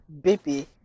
baby